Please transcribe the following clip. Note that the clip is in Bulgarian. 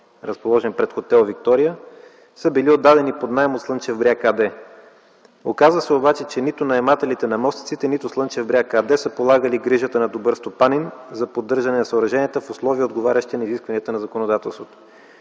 разположен пред хотел „Виктория”, са били отдадени под наем от „Слънчев бряг” АД. Оказа се обаче, че нито наемателите на мостиците, нито „Слънчев бряг” АД са полагали грижата на добър стопанин за поддържане не съоръженията в условия, отговарящи на изискванията на законодателството.